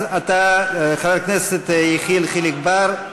אז, חבר הכנסת יחיאל חיליק בר,